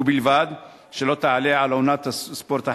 ובלבד שלא תעלה על עונת ספורט אחת.